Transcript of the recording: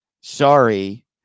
sorry